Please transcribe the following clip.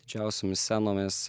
didžiausiomis scenomis